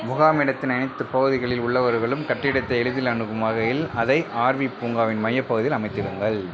முகாமிடத்தினை அனைத்துப் பகுதிகளில் உள்ளவர்களும் கட்டிடத்தை எளிதில் அணுகும் வகையில் அதை ஆர்வி பூங்காவின் மையப்பகுதியில் அமைத்திடுங்கள்